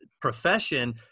profession